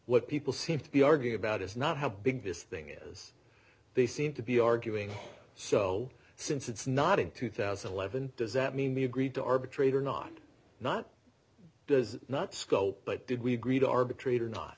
what people seem to be arguing about is not how big this thing is they seem to be arguing so since it's not in two thousand and eleven does that mean the agreed to arbitrate or not not does not scope but did we agree to arbitrate or not